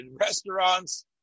restaurants